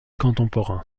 contemporain